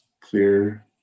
clear